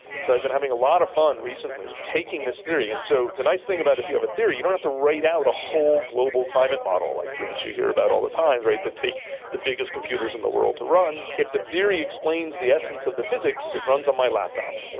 and so i've been having a lot of fun recently taking this theory, and so the nice thing about if you have a theory, you don't have to write out a whole global climate model like that you hear about all the time, that take the biggest computers in the world to run. if the theory explains the essence of the physics, it runs on my laptop.